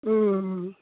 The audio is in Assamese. ও ও